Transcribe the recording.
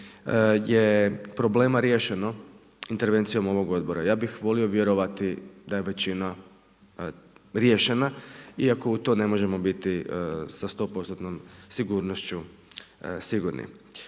je problema riješeno intervencijom ovog odbora. Ja bih volio vjerovati da je većina riješena iako u to ne možemo biti sa sto postotnom sigurnošću sigurni.